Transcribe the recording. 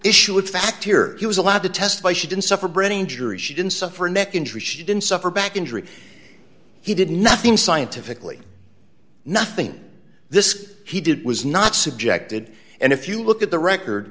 issue of fact here he was allowed to testify she didn't suffer brain injury she didn't suffer a neck injury she didn't suffer back injury he did nothing scientifically nothing this he did was not subjected and if you look at the record